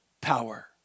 power